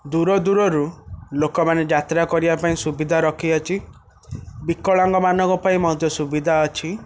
ଦୂରଦୂରରୁ ଲୋକମାନେ ଯାତ୍ରା କରିବା ପାଇଁ ସୁବିଧା ରଖିଅଛି ବିକଳାଙ୍ଗ ମାନଙ୍କପାଇଁ ମଧ୍ୟ ସୁବିଧା ଅଛି